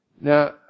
Now